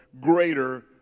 greater